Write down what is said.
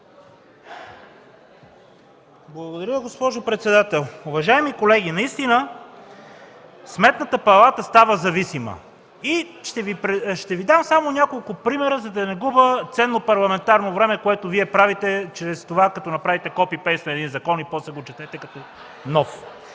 Благодаря, госпожо председател. Уважаеми колеги, наистина Сметната палата става зависима. Ще Ви дам само няколко примера, за да не губя ценно парламентарно време, което Вие правите чрез това, като правите копи-пейст на един закон и после го четете като нов.